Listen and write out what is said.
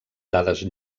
dades